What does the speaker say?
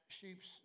sheep's